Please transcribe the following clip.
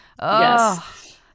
Yes